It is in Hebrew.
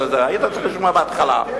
היית צריך לשמוע בהתחלה.